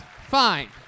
Fine